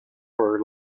for